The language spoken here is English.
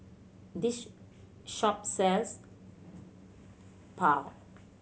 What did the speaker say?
this shop sells Pho